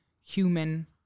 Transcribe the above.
human